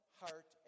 heart